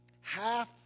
half